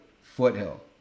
foothill